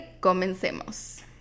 comencemos